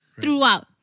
Throughout